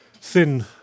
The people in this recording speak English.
thin